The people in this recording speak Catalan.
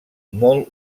molt